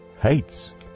hates